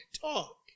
Talk